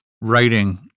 writing